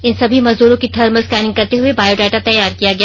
इन सभी मजदूरों की थर्मल स्कैनिंग करते हए बायोडाटा तैयार किया गया